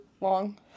Long